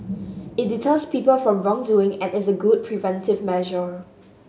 it deters people from wrongdoing and is a good preventive measure